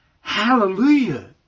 Hallelujah